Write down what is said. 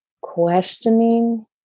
questioning